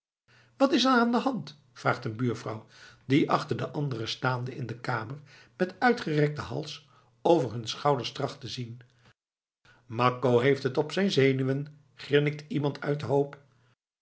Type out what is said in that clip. wat is er aan de hand vraagt een buurvrouw die achter de anderen staande in de kamer met uitgerekten hals over hun schouders tracht te zien makko heeft t op zijn zenuwen grinnikt iemand uit den hoop